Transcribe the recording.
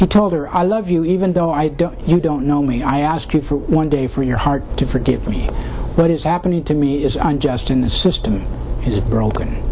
he told her i love you even though i know you don't know me i ask you for one day for your heart to forgive me but it's happening to me is just in the system has ro